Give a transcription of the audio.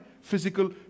physical